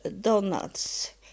donuts